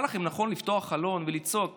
נכון שבא לכם לפתוח חלון ולצעוק